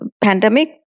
Pandemic